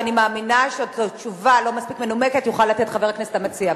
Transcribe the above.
כי אני מאמינה שתשובה לא מספיק מנומקת יוכל לתת חבר הכנסת המציע.